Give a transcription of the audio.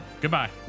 goodbye